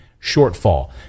shortfall